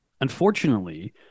Unfortunately